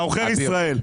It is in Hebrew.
אתה עוכר ישראל.